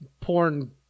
porn